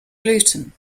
gluten